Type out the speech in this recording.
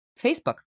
Facebook